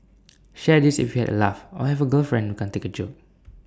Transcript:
share this if you had A laugh or have girlfriend who can take A joke